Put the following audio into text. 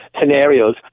scenarios